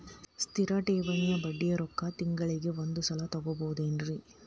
ಸ್ಥಿರ ಠೇವಣಿಯ ಬಡ್ಡಿ ರೊಕ್ಕ ತಿಂಗಳಿಗೆ ಒಂದು ಸಲ ತಗೊಬಹುದೆನ್ರಿ?